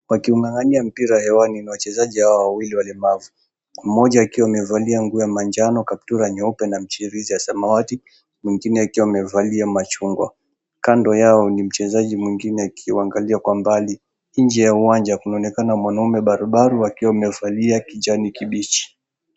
Wakiung'ang'ania mpira hewani, wachezaji hawa wawili walibaza, mmoja akiwa amevalia nguo ya manjano, kaptura nyeupe na mchiririzi ya samawati. Mwingine akiwa amevalia machungwa. Kando yao ni mchezaji mwingine akiwaangalia kwa mbali. Nje ya uwanja kunaonekana mwanaume barubaru akiwa amevalia kijani kibichi.